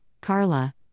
Carla